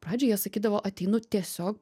pradžioj jie sakydavo ateinu tiesiog